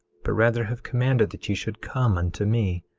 but rather have commanded that ye should come unto me,